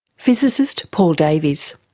physicist paul davies.